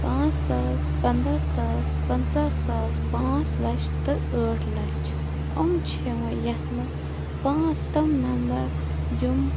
پانٛژھ ساس پَندہ ساس پَنژہ ساس پانٛژھ لچھ تہٕ ٲٹھۍ لچھ یِم چھِ یِوان یتھ مَنٛز پانٛژھ تم نَمبَر یِم